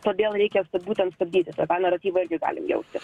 todėl reikia būtent stabdyti tai tą naratyvą irgi galim jausti